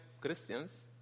Christians